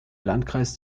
landkreis